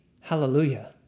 Hallelujah